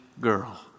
girl